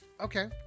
okay